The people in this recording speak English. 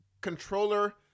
controller